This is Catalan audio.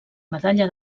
medalla